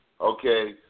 okay